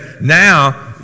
now